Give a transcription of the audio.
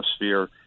atmosphere